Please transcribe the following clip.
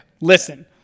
Listen